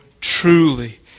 truly